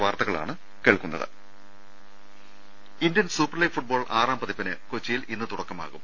ദർവ്വെട്ടറ Indian super league football ആറാം പതിപ്പിന് കൊച്ചിയിൽ ഇന്ന് തുടക്കമാകും